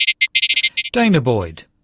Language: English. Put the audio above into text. danah boyd.